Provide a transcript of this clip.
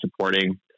supporting